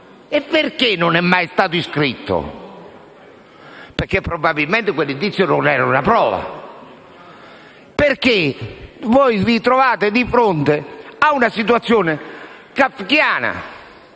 E perché non è mai stato iscritto? Probabilmente quell'indizio non era una prova. Vi trovate di fronte ad una situazione kafkiana: